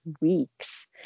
weeks